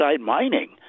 mining